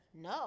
No